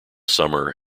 summer